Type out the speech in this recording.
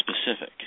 specific